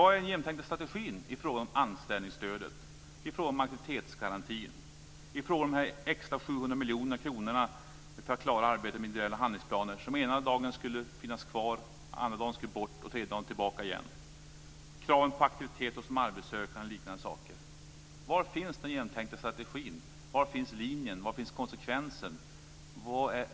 Var är den genomtänkta strategin i fråga om anställningsstödet, i fråga om aktivitetsgarantin och i fråga om de extra 700 miljoner kronorna för att klara arbetet med individuella handlingsplaner? Dessa skulle ena dagen finnas kvar, andra dagen skulle de bort och tredje dagen skulle de tillbaka igen. Det gäller också kraven på aktivitet hos de arbetslösa och liknande saker. Var finns den genomtänkta strategin? Var finns linjen? Var finns konsekvensen?